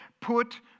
put